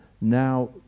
now